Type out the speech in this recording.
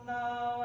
now